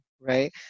right